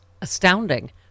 astounding